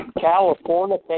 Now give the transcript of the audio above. California